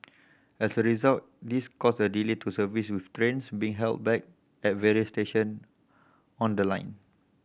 as a result this caused a delay to service with trains being held back at various station on the line